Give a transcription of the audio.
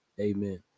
Amen